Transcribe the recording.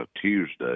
Tuesday